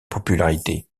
popularité